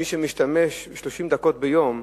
למי שמשתמש 30 דקות ביום,